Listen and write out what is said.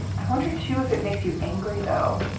i wonder, too, if it makes you angry, though